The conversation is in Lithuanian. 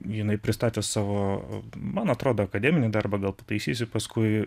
jinai pristatė savo man atrodo akademinį darbą gal pataisysi paskui